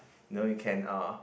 know you can uh